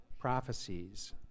prophecies